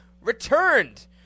returned